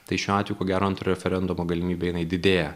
tai šiuo atveju ko gero antrojo referendumo galimybė jinai didėja